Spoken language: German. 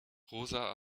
rosa